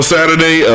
Saturday